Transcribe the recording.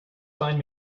find